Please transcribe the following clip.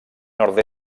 nord